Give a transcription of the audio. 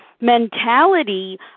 mentality